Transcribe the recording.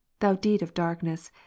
thou deed of darkness,